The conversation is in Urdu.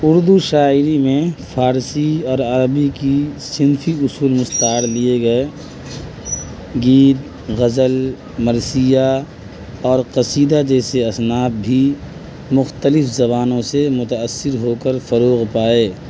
اردو شاعری میں فارسی اور عربی کی صنفی اصول مستعار لیے گئے گیت غزل مرثیہ اور قصیدہ جیسے اصناف بھی مختلف زبانوں سے متاثر ہو کر فروغ پائے